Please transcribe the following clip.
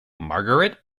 margaret